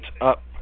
up